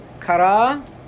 kara